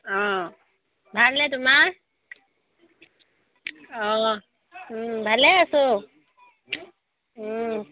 অঁ ভালনে তোমাৰ অঁ ভালে আছোঁ